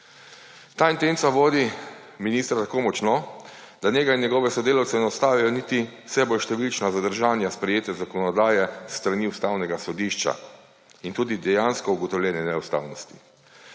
Ta intenca vodi ministra tako močno, da njega in njegovih sodelavcev ne ustavijo niti vse bolj številčna zadržanja sprejete zakonodaje s strani Ustavnega sodišča in tudi dejansko ugotovljene neustavnosti.